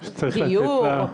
דיור,